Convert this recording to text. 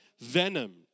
venom